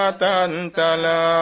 tantala